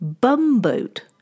Bumboat